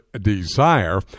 desire